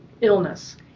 illness